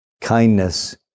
kindness